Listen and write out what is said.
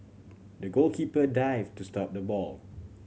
the goalkeeper dived to stop the ball